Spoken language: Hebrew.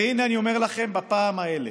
והינה, אני אומר לכם בפעם האלף: